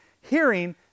hearing